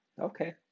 Okay